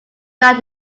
that